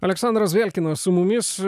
aleksandras belkinas su mumis